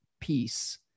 peace